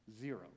Zero